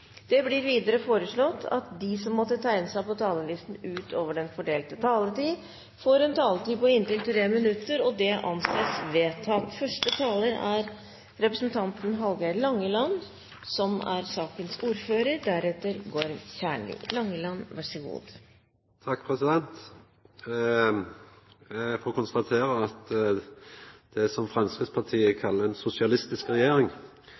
Det blir videre foreslått at de som måtte tegne seg på talerlisten utover den fordelte taletid, får en taletid på inntil 3 minutter. – Det anses vedtatt. Eg får konstatera at det som Framstegspartiet kallar ei «sosialistisk regjering»,